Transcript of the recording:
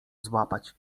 złapać